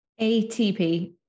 ATP